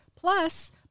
plus